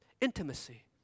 intimacy